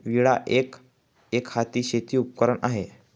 विळा एक, एकहाती शेती उपकरण आहे